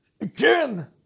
Again